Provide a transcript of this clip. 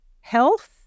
health